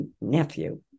nephew